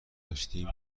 داشتیم